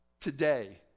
today